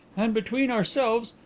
and, between ourselves,